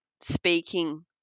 speaking